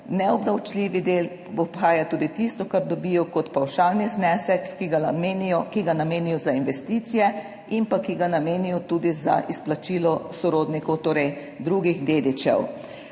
neobdavčljivi del obhaja tudi tisto, kar dobijo kot pavšalni znesek, ki ga namenijo za investicije in pa ki ga namenijo tudi za izplačilo sorodnikov, torej drugih dedičev.